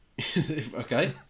Okay